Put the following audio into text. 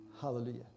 Hallelujah